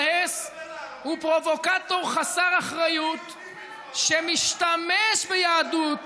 יזהר הס הוא פרובוקטור חסר אחריות שמשתמש ביהדות.